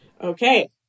Okay